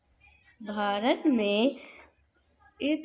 भारत में reserve bank द्वारा अलग से एग्जाम लिया जाता है